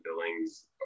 Billings